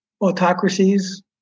autocracies